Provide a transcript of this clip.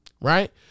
right